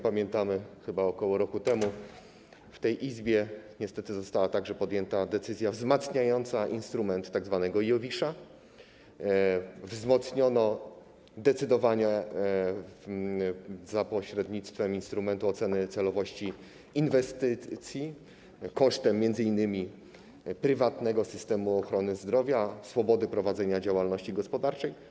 Pamiętamy, że chyba rok temu w tej Izbie niestety została podjęta decyzja wzmacniająca instrument oceny, tzw. IOWISZ, wzmocniono decydowanie za pośrednictwem instrumentu oceny celowości inwestycji, kosztem m.in. prywatnego systemu ochrony zdrowia, swobody prowadzenia działalności gospodarczej.